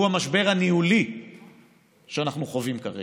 והוא המשבר הניהולי שאנחנו חווים כרגע,